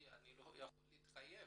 שהם לא יכולים להתחייב,